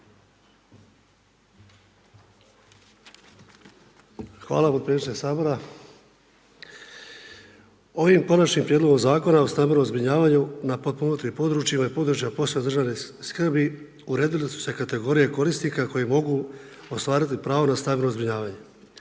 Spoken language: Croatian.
Hvala podpredsjedniče sabora. Ovim Konačnim prijedlogom Zakona o stambenom zbrinjavanju na potpomognutim područjima i područjima posebne državne skrbi uredile su se kategorije korisnika koje mogu ostvariti pravo na stambeno zbrinjavanje.